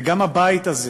וגם הבית הזה